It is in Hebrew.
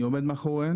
אני עומד מאחוריהן.